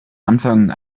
anfang